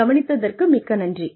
இதைக் கவனித்ததற்கு மிக்க நன்றி